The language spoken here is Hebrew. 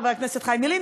חבר הכנסת חיים ילין,